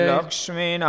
Lakshmi